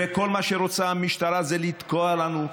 וכל מה שרוצה המשטרה זה לתקוע לנו,